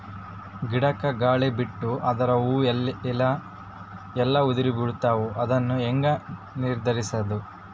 ಗಿಡಕ, ಗಾಳಿ ಬಿಟ್ಟು ಅದರ ಹೂವ ಎಲ್ಲಾ ಉದುರಿಬೀಳತಾವ, ಅದನ್ ಹೆಂಗ ನಿಂದರಸದು?